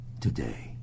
today